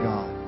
God